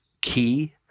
key